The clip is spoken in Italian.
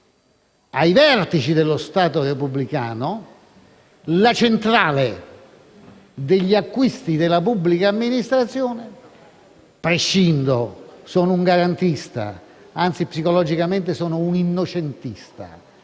ai vertici dello Stato repubblicano, la centrale degli acquisti della pubblica amministrazione ha prevalso la politica "politicante". Sono un garantista, anzi psicologicamente sono un innocentista